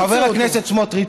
חבר הכנסת סמוטריץ.